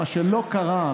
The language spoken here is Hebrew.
זה לא קרה,